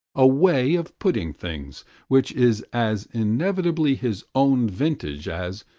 a way of putting things which is as inevitably his own vintage as,